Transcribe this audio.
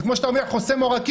כמו שאתה אומר חוסם עורקים,